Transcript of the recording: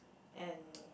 and